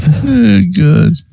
Good